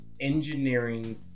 engineering